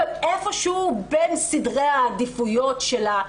אבל איפה שהוא בין סדרי העדיפויות שלה,